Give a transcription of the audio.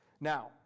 now